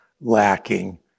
lacking